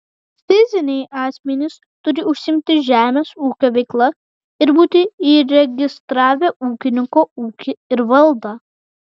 fiziniai asmenys turi užsiimti žemės ūkio veikla ir būti įregistravę ūkininko ūkį ir valdą